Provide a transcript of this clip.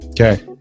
Okay